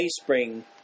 spring